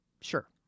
sure